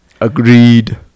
Agreed